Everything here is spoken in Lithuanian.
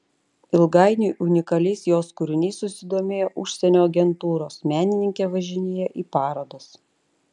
ilgainiui unikaliais jos kūriniais susidomėjo užsienio agentūros menininkė važinėja į parodas